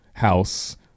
house